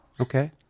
Okay